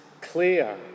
clear